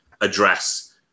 address